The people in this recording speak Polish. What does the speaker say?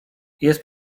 jest